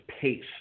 pace